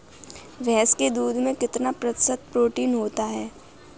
भैंस के दूध में कितना प्रतिशत प्रोटीन होता है?